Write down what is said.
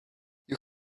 you